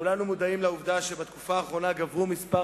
כולנו מודעים לעובדה שבתקופה האחרונה גבר מספר